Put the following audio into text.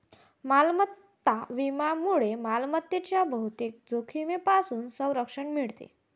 मालमत्ता विम्यामुळे मालमत्तेच्या बहुतेक जोखमींपासून संरक्षण मिळते